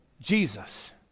Jesus